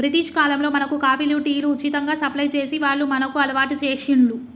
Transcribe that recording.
British కాలంలో మనకు కాఫీలు, టీలు ఉచితంగా సప్లై చేసి వాళ్లు మనకు అలవాటు చేశిండ్లు